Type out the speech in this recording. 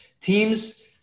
teams